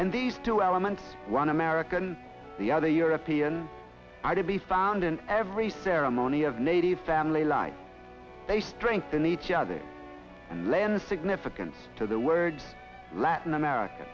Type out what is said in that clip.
end these two elements one american the other european are to be found in every ceremony of native family life they strengthen each other and lend significance to the words latin america